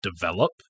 develop